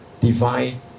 divine